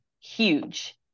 huge